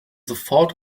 sofort